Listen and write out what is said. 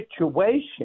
situation